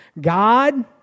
God